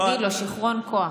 תגיד לו: שיכרון כוח.